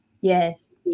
yes